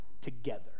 together